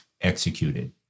executed